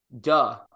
duh